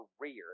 career